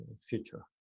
future